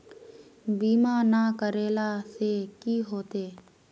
बीमा ना करेला से की होते?